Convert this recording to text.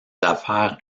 affaires